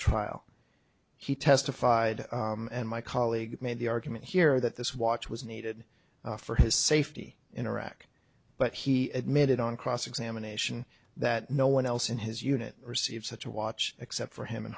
trial he testified and my colleague made the argument here that this watch was needed for his safety in iraq but he admitted on cross examination that no one else in his unit received such a watch except for him and